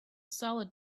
solid